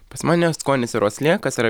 pas mane skonis ir uoslė kas yra